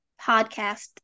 podcast